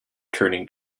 turning